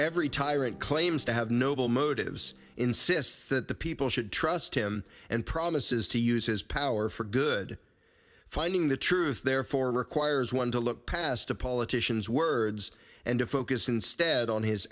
every tyrant claims to have noble motives insists that the people should trust him and promises to use his power for good finding the truth therefore requires one to look past the politician's words and to focus instead on his